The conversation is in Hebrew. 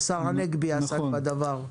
השר הנגבי עסק בדבר.